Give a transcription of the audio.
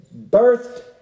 birthed